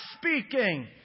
speaking